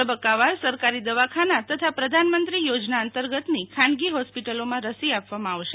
તબક્કાવાર સરકારી દવાખાના તથા પ્રધાનમંત્રી યોજના અંતર્ગતની ખાનગી હોસ્પિટલોમાં રસી આપવામાં આવશે